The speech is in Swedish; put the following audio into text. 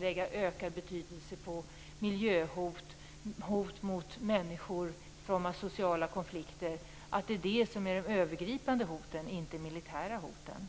lägga ökad vikt vid miljöhot och hot mot människor i form av sociala konflikter. Det är dessa som är de övergripande hoten, inte de militära hoten.